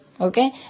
Okay